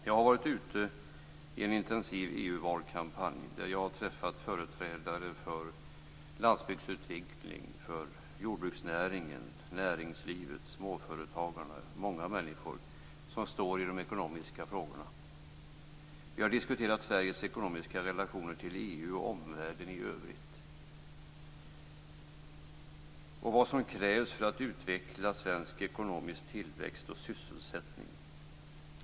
Jag har varit ute i en intensiv EU valkampanj där jag har träffat företrädare för landsbygdsutveckling, jordbruksnäringen, näringslivet och småföretagarna - många människor som berörs av de ekonomiska frågorna. Vi har diskuterat Sveriges ekonomiska relationer till EU och omvärlden i övrigt och vad som krävs för att utveckla svensk ekonomisk tillväxt och sysselsättning.